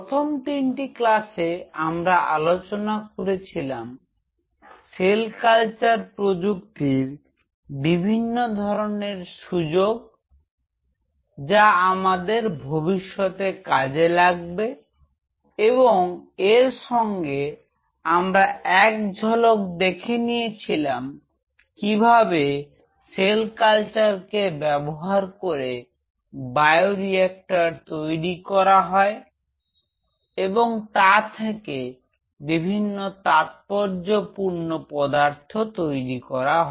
প্রথম তিনটি ক্লাসে আমরা আলোচনা করেছিলাম সেল কালচার প্রযুক্তির বিভিন্ন ধরনের সুযোগ যা আমাদের ভবিষ্যতে কাজে লাগবে এবং এর সঙ্গে আমরা এক ঝলকে দেখে নিয়েছিলাম কিভাবে সেল কালচার কে ব্যবহার করে বায়োরিক্টর তৈরি করা হয় এবং তা থেকে বিভিন্ন তাৎপর্যপূর্ণ পদার্থ তৈরি করা হয়